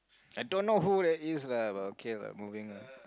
I don't know who that is lah but okay lah moving lah